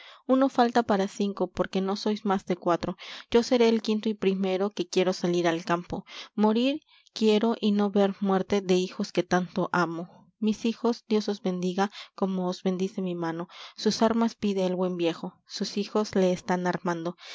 uno falta para cinco porque no sois más de cuatro yo seré el quinto y primero que quiero salir al campo morir quiero y no ver muerte de hijos que tanto amo mis hijos dios os bendiga como os bendice mi mano sus armas pide el buen viejo sus hijos le están armando